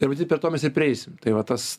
ir matyt prie to mes ir prieisim tai va tas